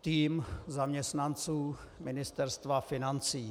tým zaměstnanců Ministerstva financí.